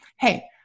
hey